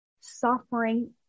suffering